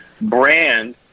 brand